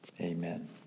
Amen